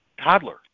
toddler